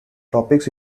topics